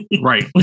Right